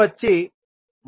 25 siemens